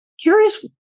curious